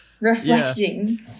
reflecting